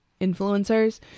influencers